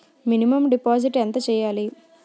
Minimum deposit ఎంత చెయ్యాలి?